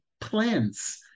plants